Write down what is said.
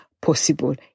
possible